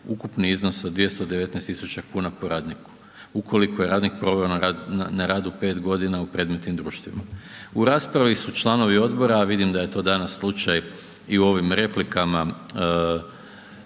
ukupni iznos od 219 000 kuna po radnika ukoliko je radnik proveo na radu 5 g. u predmetnim društvima. U raspravi su članovi odbora a vidim da je to danas slučaj i u ovim replikama